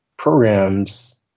Programs